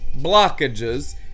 blockages